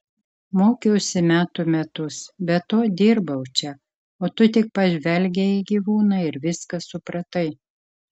mokiausi metų metus be to dirbau čia o tu tik pažvelgei į gyvūną ir viską supratai